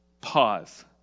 pause